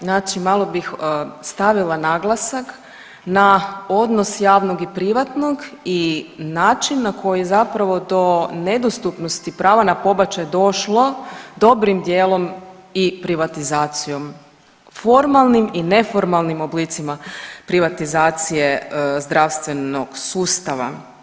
Znači malo bih stavila naglasak na odnos javnog i privatnog i način na koji zapravo do nedostupnosti prava na pobačaj došlo dobrim dijelom i privatizacijom, formalnim i neformalnim oblicima privatizacije zdravstvenog sustava.